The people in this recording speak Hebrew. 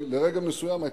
כי לרגע מסוים היתה,